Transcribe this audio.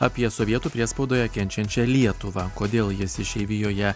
apie sovietų priespaudoje kenčiančią lietuvą kodėl jis išeivijoje